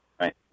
Right